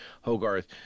Hogarth